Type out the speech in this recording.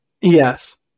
Yes